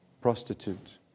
prostitute